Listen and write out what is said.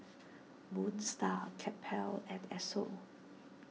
Moon Star Campbell's and Esso